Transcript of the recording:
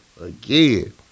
Again